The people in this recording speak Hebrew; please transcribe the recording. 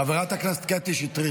חברת הכנסת קטי שטרית,